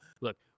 Look